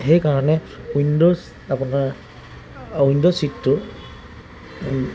সেইকাৰণে উইণ্ড'জ আপোনাৰ উইণ্ড' ছিটটোৰ